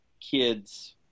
kids